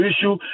issue